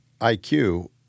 IQ –